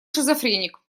шизофреник